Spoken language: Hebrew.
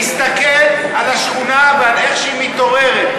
תסתכל על השכונה ועל איך שהיא מתעוררת.